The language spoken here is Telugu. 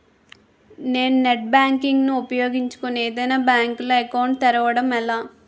నేను నెట్ బ్యాంకింగ్ ను ఉపయోగించుకుని ఏదైనా బ్యాంక్ లో అకౌంట్ తెరవడం ఎలా?